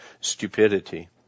stupidity